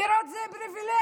פירות זה פריבילגיה.